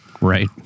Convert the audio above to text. Right